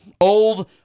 Old